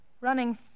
Running